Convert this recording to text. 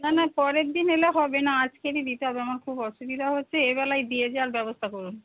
না না পরের দিন এলে হবে না আজকেরই দিতে হবে আমার খুব অসুবিধা হচ্ছে এবেলায় দিয়ে যাওয়ার ব্যবস্থা করুন